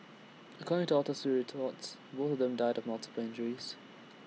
according to autopsy reports both of them died multiple injuries